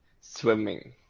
Swimming